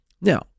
Now